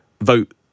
Vote